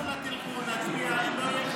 ואללה תלכו, נצביע.